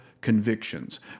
convictions